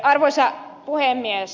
arvoisa puhemies